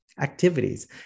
activities